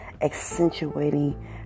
accentuating